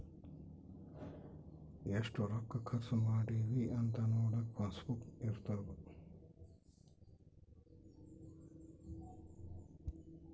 ಎಷ್ಟ ರೊಕ್ಕ ಖರ್ಚ ಮಾಡಿವಿ ಅಂತ ನೋಡಕ ಪಾಸ್ ಬುಕ್ ಇರ್ತದ